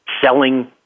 selling